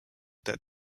that